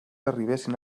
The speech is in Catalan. arribessin